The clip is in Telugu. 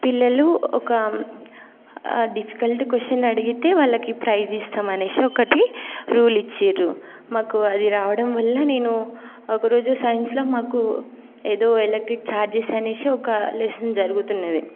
పిల్లలు ఒక డిఫికల్ట్ క్వశ్చన్ అడిగితే వాళ్ళకి ప్రైజ్ ఇస్తామని అనేసి ఒకటి రూల్ ఇచ్చారు మాకు అది రావడం వల్ల నేను ఒక రోజు సైన్స్లో మాకు ఏదో ఎలక్ట్రిక్ ఛార్జెస్ అనేసి ఒక లెసన్ జరుగుతున్నది